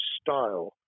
style